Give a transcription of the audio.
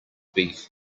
beef